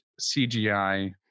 CGI